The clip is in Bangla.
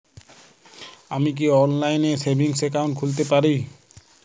আমি কি অনলাইন এ সেভিংস অ্যাকাউন্ট খুলতে পারি?